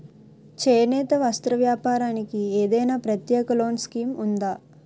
చేనేత వస్త్ర వ్యాపారానికి ఏదైనా ప్రత్యేక లోన్ స్కీం ఉందా?